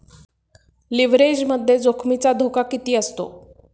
लिव्हरेजमध्ये जोखमीचा धोका किती असतो?